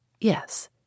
Yes